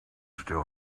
still